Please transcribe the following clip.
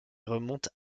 remontent